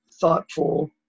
thoughtful